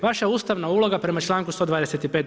Vaša ustavna uloga, prema čl. 125.